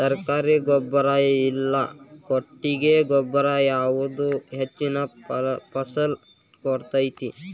ಸರ್ಕಾರಿ ಗೊಬ್ಬರ ಇಲ್ಲಾ ಕೊಟ್ಟಿಗೆ ಗೊಬ್ಬರ ಯಾವುದು ಹೆಚ್ಚಿನ ಫಸಲ್ ಕೊಡತೈತಿ?